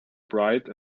bright